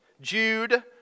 Jude